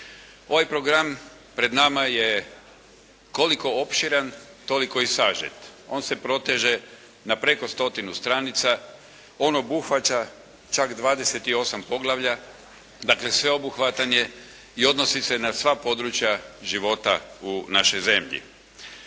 Ovaj program pred nama je koliko opširan toliko i sažet. On se proteže na preko stotinu stranica, on obuhvaća čak 28 poglavlja dakle sveobuhvatan je i odnosi se na sva područja života u našoj zemlji.